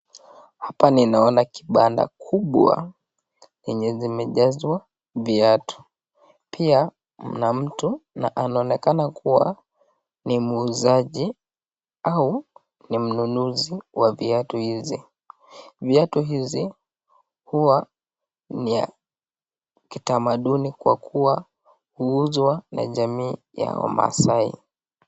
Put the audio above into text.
Hapa ninaona kibanda kubwa chenye zimejazwa viatu. Pia mna mtu na anaonekana kuwa ni muuzaji au ni mnunuzi wa viatu hizi. Viatu hizi huwa ni ya kitamaduni kwa kuwa huuzwa na jamii ya Wamasai.